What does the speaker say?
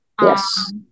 Yes